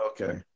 Okay